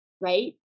right